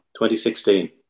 2016